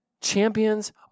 Champions